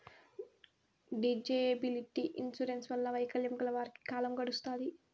disability insurance వల్ల వైకల్యం గల వారికి కాలం గడుత్తాది